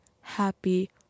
happy